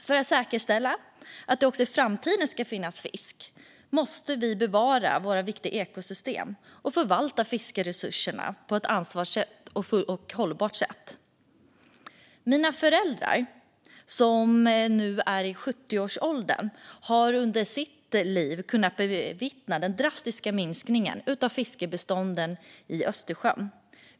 För att säkerställa att det också i framtiden ska finnas fisk måste vi bevara viktiga ekosystem och förvalta fiskeresurserna på ett ansvarsfullt och hållbart sätt Mina föräldrar, som nu är i 70-årsåldern, har under sina liv kunnat bevittna den drastiska minskningen av fiskbestånden i Östersjön.